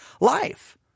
life